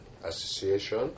Association